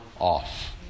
off